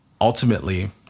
ultimately